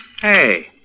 Hey